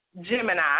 Gemini